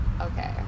Okay